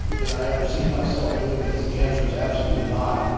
did i ever see myself doing this? the answer is absolutely not.